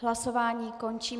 Hlasování končím.